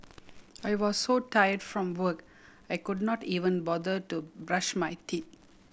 I was so tired from work I could not even bother to brush my teeth